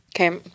Okay